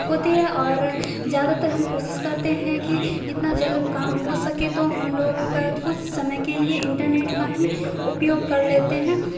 ہوتی ہے اور زیادہ تر ہم کوشش کرتے ہیں کہ جتنا جلد کام ہو سکے تو ہم لوگ کا کچھ سمے کے لیے انٹرنیٹ کا ہی اپیوگ کر لیتے ہیں